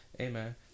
Amen